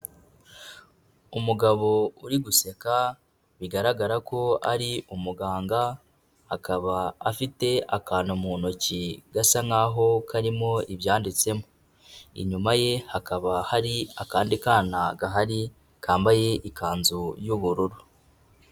Umugabo uri guseka bigaragara ko ari umuganga, akaba afite akantu mu ntoki gasa nkaho karimo ibyanditsemo. Inyuma ye hakaba hari akandi kana gahari kambaye ikanzu y'ubururu.